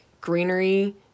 greenery